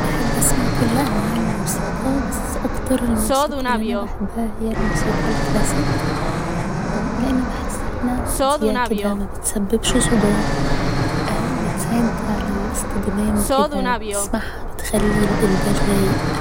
بحب اسمع كل أنواع الموسيقى بس اكتر الموسيقى اللي أنا بحبها هي الموسيقى الكلاسيك لأني بحسها انها هادية كده مبتسببش صداع بتساعد على الاستجمام كده بتسمعها بتخلي البال رايق